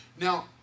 Now